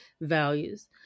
values